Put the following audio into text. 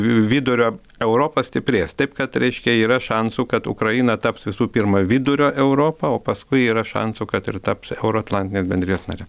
vi vidurio europa stiprės taip kad reiškia yra šansų kad ukraina taps visų pirma vidurio europa o paskui yra šansų kad ir taps euroatlantinės bendrijos nare